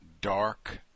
dark